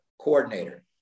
coordinator